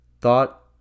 thought